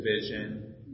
vision